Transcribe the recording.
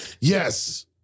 Yes